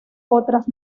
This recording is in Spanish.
otras